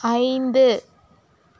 ஐந்து